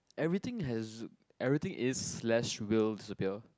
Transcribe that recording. everything has everything is less will disappear